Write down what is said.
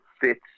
fits